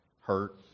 hurt